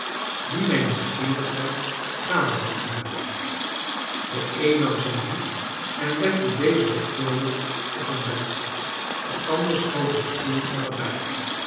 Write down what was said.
die mijn nieuwsgierigheid gaande had gemaakt de een nam zijn hoed en legde dezen zorgvuldig op een bed de ander schoof een stoel naderbij